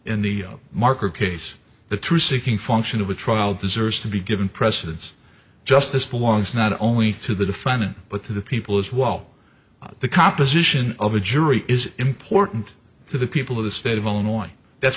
in the marker case the truth seeking function of a trial deserves to be given precedence justice belongs not only to the defendant but to the people as well the composition of a jury is important to the people of the state of illinois that's